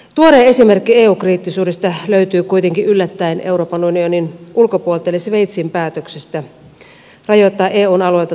tuore esimerkki eu kriittisyydestä löytyy kuitenkin yllättäen euroopan unionin ulkopuolelta eli sveitsin päätöksestä rajoittaa eun alueelta tulevaa maahanmuuttoa